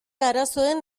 arazoen